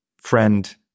friend